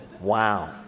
Wow